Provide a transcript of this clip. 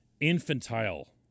infantile